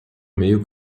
meio